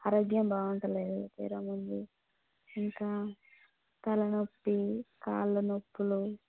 ఆరోగ్యం బాగుంటలేదు జ్వరం ఉంది ఇంకా తల నొప్పి కాళ్ళ నొప్పులు